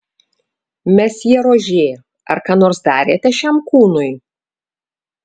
mesjė rožė ar ką nors darėte šiam kūnui